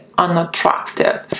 unattractive